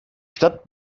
stadt